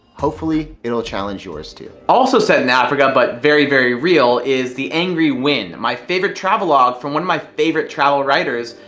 hopefully, it will challenge yours, too. also set in africa, but very, very real is the angry wind, my favorite travel log from one of my favorite travel writers,